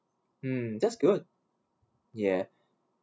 mm that's good ya